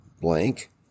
blank